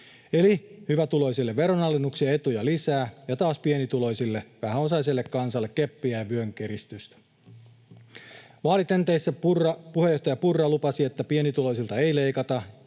eli hyvätuloisille veronalennuksia ja etuja lisää ja pienituloisille, vähäosaiselle kansalle, keppiä ja vyönkiristystä. Vaalitenteissä puheenjohtaja Purra lupasi, että pienituloisilta ei leikata,